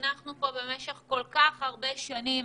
חינכנו פה במשך כל כך הרבה שנים,